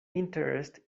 interest